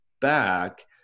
back